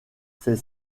ces